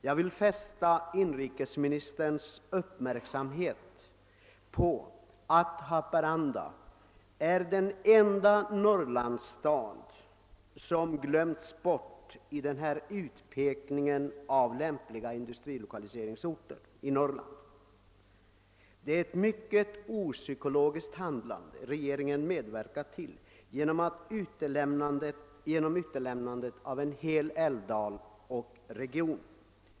Jag vill fästa inrikesministerns uppmärksamhet på att Haparanda är den enda Norrlandsstad som »glömts bort» i utpekningen av lämpliga industrilokaliseringsorter. Det är mycket opsykologiskt av regeringen att på detta sätt medverka till utelämnandet av en hel älvdal och region.